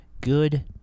good